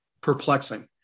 perplexing